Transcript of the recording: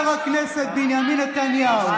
חבר הכנסת בנימין נתניהו.